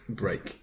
break